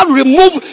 remove